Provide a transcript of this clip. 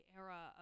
era